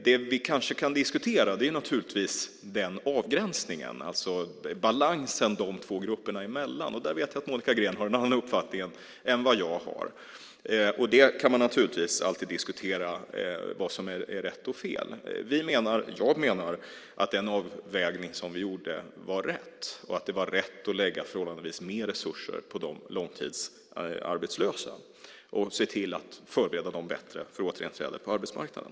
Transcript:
Det vi kan diskutera är naturligtvis avgränsningen, balansen de två grupperna emellan. Där vet jag att Monica Green har en annan uppfattning än jag. Man kan naturligtvis alltid diskutera vad som är rätt och fel. Jag menar att den avvägning som vi gjorde var rätt och att det var rätt att lägga förhållandevis mer resurser på de långtidsarbetslösa och se till att förbereda dem bättre för återinträde på arbetsmarknaden.